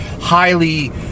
highly